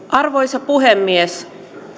arvoisa puhemies